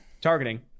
targeting